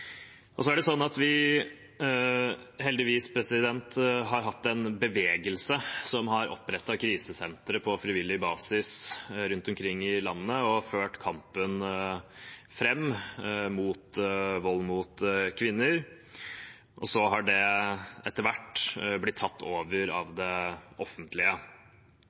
Vi har heldigvis hatt en bevegelse som har opprettet krisesentre på frivillig basis rundt omkring i landet, og som har ført fram kampen mot vold mot kvinner. Det har etter hvert blitt tatt over av det offentlige.